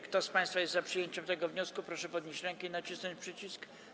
Kto z państwa jest za przyjęciem tego wniosku, proszę podnieść rękę i nacisnąć przycisk.